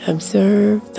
Observe